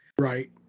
Right